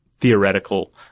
theoretical